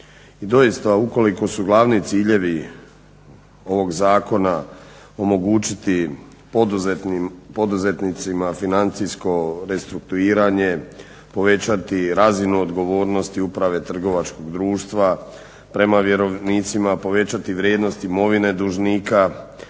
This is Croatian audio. I doista ukoliko su glavni ciljevi ovog zakona omogućiti poduzetnicima financijsko restrukturiranje, povećati razinu odgovornosti uprave trgovačkih društva prema vjerovnicima, povećati vrijednost imovine dužnika,